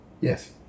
yes